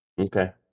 Okay